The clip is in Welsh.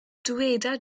dyweda